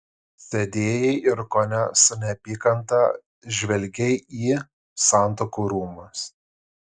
sėdėjai ir kone su neapykanta žvelgei į santuokų rūmus